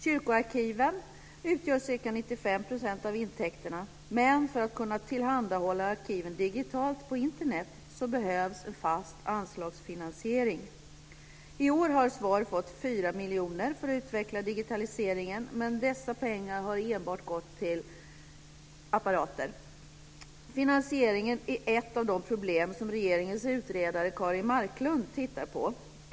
Kyrkoarkiven utgör ca 95 % av intäkterna, men för att kunna tillhandahålla arkiven digitalt på Internet behövs en fast anslagsfinansiering. I år har SVAR fått 4 miljoner för att utveckla digitaliseringen, men dessa pengar har enbart gått till apparater. Finansieringen är ett av de problem som regeringens utredare Kari Marklund tittar på.